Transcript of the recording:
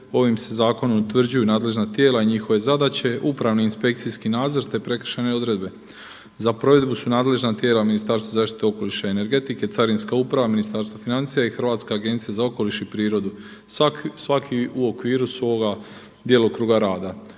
ovim se zakonom utvrđuju nadležna tijela i njihove zadaće, upravni i inspekcijski nadzor te prekršajne odredbe. Za provedbu su nadležna tijela Ministarstvo zaštite okoliša i energetike, Carinska uprava Ministarstva financija i Hrvatska agencija za okoliš i prirodu, svaki u okviru svoga djelokruga rada.